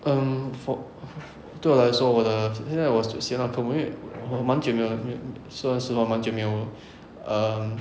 um for 对我来说我的现在我的学校科目因为我蛮久没有说实话我蛮久没有 um